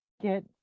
get